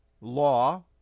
law